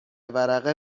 ورقه